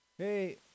Hey